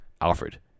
Alfred